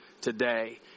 today